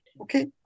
Okay